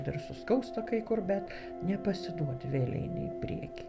dar suskausta kai kur bet nepasiduoti vėl eini į priekį